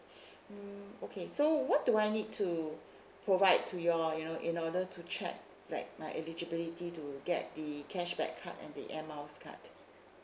mm okay so what do I need to provide to your you know in order to check like my eligibility to get the cashback card and the air miles card